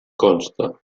consta